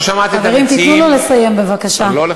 חברים, תנו לו לסיים בבקשה.